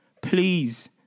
Please